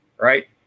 Right